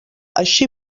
així